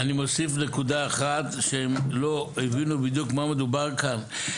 אני מוסיף נקודה אחת שהם לא הבינו בדיוק מה מדובר כאן,